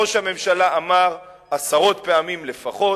ראש הממשלה אמר עשרות פעמים לפחות,